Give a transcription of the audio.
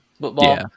football